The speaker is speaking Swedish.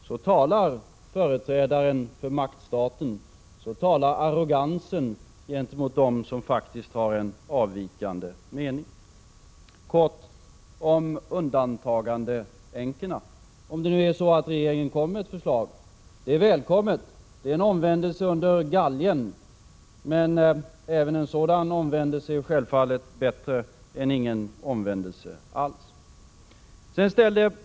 Så talar företrädaren för maktstaten, så talar arrogansen gentemot dem som faktiskt har en avvikande mening. Kort om undantagandeänkorna! Om regeringen kommer med ett förslag är det välkommet. Det är en omvändelse under galgen, men även en sådan omvändelse är självfallet bättre än ingen omvändelse alls.